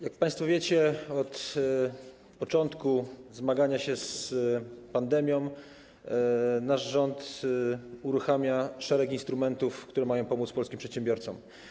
Jak państwo wiecie, od początku zmagania się z pandemią nasz rząd uruchamia szereg instrumentów, które mają pomóc polskim przedsiębiorcom.